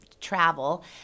travel